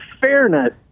fairness